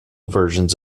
versions